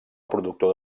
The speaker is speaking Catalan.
productor